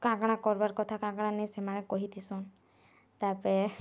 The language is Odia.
କାଣା କାଣା କର୍ବାର୍ କଥା କାଣା କାଣା ନେଇ ସେମାନେ କହିଥିସୁଁ ତା'ପରେ